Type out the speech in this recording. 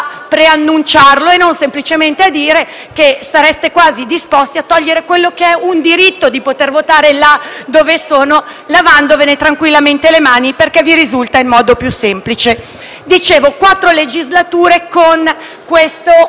preannunciarlo e non semplicemente dire che sareste quasi disposti a togliere un diritto, ossia di poter votare lì dove sono, lavandovene tranquillamente le mani perché vi risulta il modo più semplice. Abbiamo avuto quattro legislature con questo